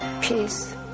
peace